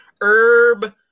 Herb